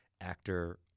actor